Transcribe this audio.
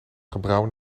gebrouwen